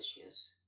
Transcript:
issues